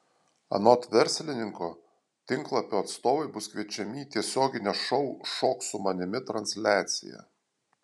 anot verslininko tinklapio atstovai bus kviečiami į tiesioginę šou šok su manimi transliaciją